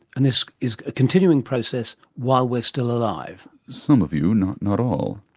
and this is a continuing process while we're still alive. some of you, not not all.